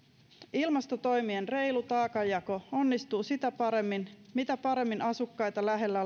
ilmastotoimien reilu taakanjako onnistuu sitä paremmin mitä paremmin asukkaita lähellä